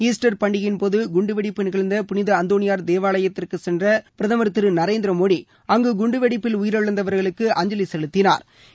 Easter பண்டிகையின் போது குண்டுவெடிப்பு நிகழ்ந்த புனித அந்தோனியார் தேவாலயத்திற்கு சென்ற பிரதமா் திரு நரேந்திர மோடி அங்கு குண்டுவெடிப்பில் உயரிழந்தவா்களுக்கு அஞ்சலி செலுத்தினாா்